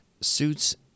Suits